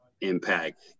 impact